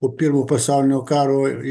po pirmo pasaulinio karo įvykusią